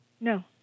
No